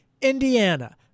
Indiana